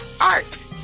Art